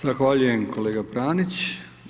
Zahvaljujem, kolega Pranić.